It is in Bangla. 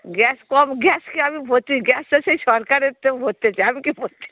গ্যাস কম গ্যাস কি আমি ভরছি গ্যাস তো সেই সরকারের থেকে ভরছে আমি কি ভরছি